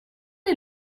est